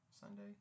Sunday